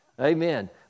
Amen